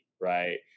right